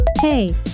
Hey